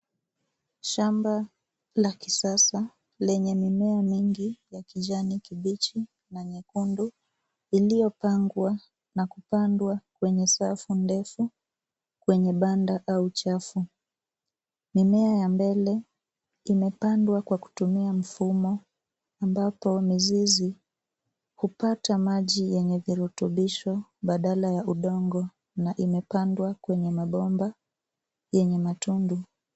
shamba la kisasa lenye mimea mingi ya kijani kibichi na nyekundu iliyopangwa na kupangwa kwenye safu ndefu kwenye banda au chafu. Mimea ya mbele imepandwa kwa kutumia mfumo amabapo mizizi hupata maji yenye virutubisho badala ya udongona imepandwa kwenye mabomba yenye matundu.